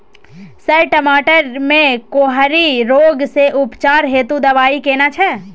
Sir टमाटर में कोकरि रोग के उपचार हेतु दवाई केना छैय?